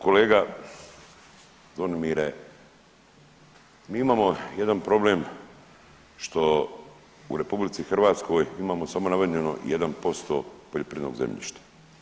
Kolega Zvonimire, mi imamo jedan problem što u RH imamo samo navedeno 1% poljoprivrednog zemljišta.